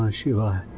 shiva.